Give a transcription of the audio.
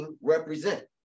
represent